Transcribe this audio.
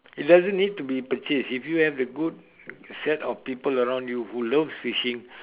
it doesn't need to be purchased if you have the good set of people around you who loves fishing